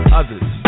others